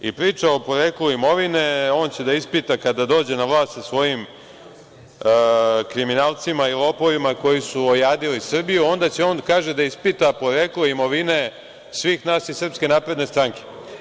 I priča o poreklu imovine, on će da ispita kada dođe na vlast sa svojim kriminalcima i lopovima koji su ojadili Srbiju, onda će on, kaže, da ispita poreklo imovine svih nas iz SNS.